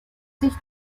sich